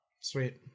sweet